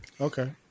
Okay